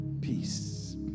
peace